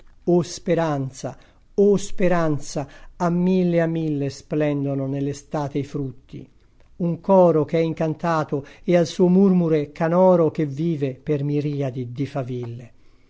o speranza o speranza a mille a mille splendono nell'estate i frutti un coro ch'è incantato è al suo murmure canoro che vive per miriadi di faville